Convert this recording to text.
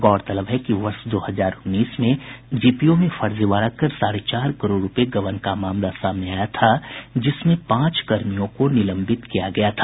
गौरतलब है कि वर्ष दो हजार उन्नीस में जीपीओ में फर्जीवाड़ा कर साढ़े चार करोड़ रूपये गबन का मामला सामने आया था जिसमें पांच कर्मियों को निलंबित किया गया था